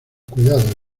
cuidado